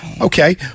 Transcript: Okay